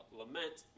lament